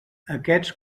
aquests